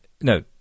no